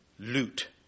loot